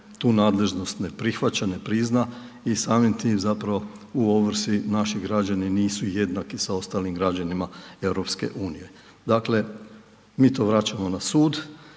tu nadležnost ne prihvaća, ne prizna i samim tim u ovrsi naši građani nisu jednaki sa ostalim građanima EU. Dakle, mi to vraćamo na sud